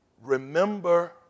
Remember